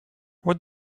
what